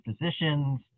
physicians